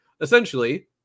Essentially